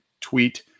tweet